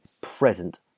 present